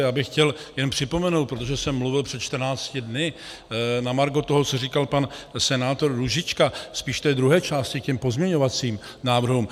Já bych chtěl jen připomenout, protože jsem mluvil před 14 dny, na margo toho, co říkal pan senátor Růžička spíš k té druhé části, k těm pozměňovacím návrhům.